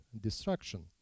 destruction